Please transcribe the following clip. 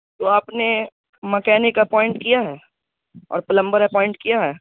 تو آپ نے مکینک اپوائنٹ کیا ہے اور پلمبر اپوائنٹ کیا ہے